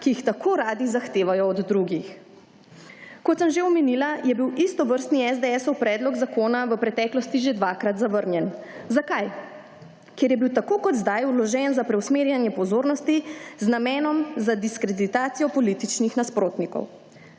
ki jih tako radi zahtevajo od drugih. Kot sem že omenila je bil istovrstni SDS-ov predlog zakona v preteklosti že dvakrat zavrnjen. Zakaj? Ker je bilo, tako kot sedaj, vložen za preusmerjanje pozornosti z namenom za diskreditacijo političnih nasprotnikov.